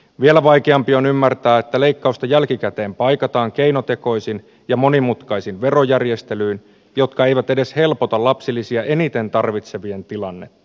vielä vaikeampi on ymmärtää että leikkausta jälkikäteen paikataan keinotekoisin ja monimutkaisin verojärjestelyyn jotka eivät edes helpota lapsilisiä eniten tarvitsevien tilaan ne